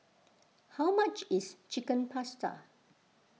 how much is Chicken Pasta